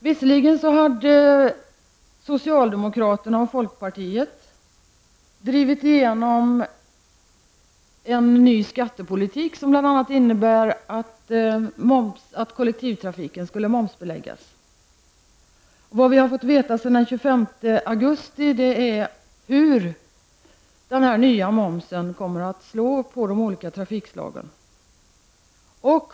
Visserligen hade socialdemokraterna och folkpartiet drivit igenom en ny skattepolitik, som bl.a. innebär att kollektivtrafiken skall momsbeläggas. Vad vi har fått veta sedan den 25 augusti är hur den nya momsen kommer att slå på de olika trafikslagen.